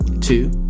Two